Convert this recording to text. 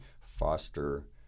foster